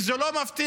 וזה לא מפתיע,